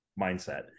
mindset